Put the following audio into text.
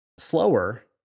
slower